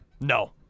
No